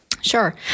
Sure